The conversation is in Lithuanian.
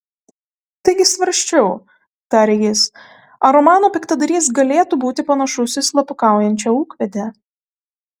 taigi svarsčiau tarė jis ar romano piktadarys galėtų būti panašus į slapukaujančią ūkvedę